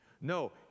No